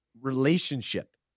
relationship